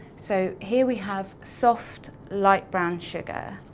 so, here we have soft light brown sugar.